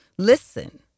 Listen